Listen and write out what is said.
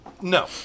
No